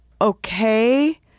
okay